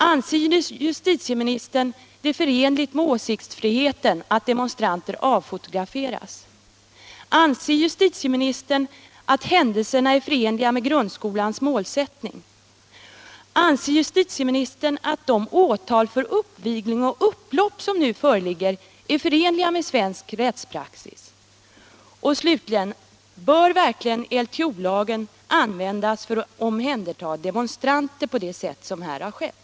Anser justitieministern det förenligt med åsiktsfriheten att demonstranter avfotograferas? Anser justitieministern att händelserna är förenliga med grundskolans målsättning? Anser justitieministern att de åtal för uppvigling och upplopp som nu föreligger är förenliga med svensk rättspraxis? Bör verkligen LTO-lagen användas för att omhänderta demonstranter på det sätt som här skett?